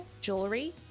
jewelry